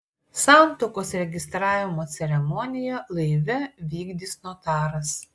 santuokos registravimo ceremoniją laive vykdys notaras